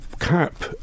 cap